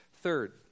Third